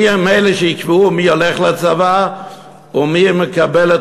מי הם אלה שיקבעו מי הולך לצבא ומי מקבל את